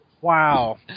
Wow